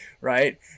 right